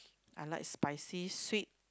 I like spicy sweet